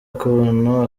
ukuntu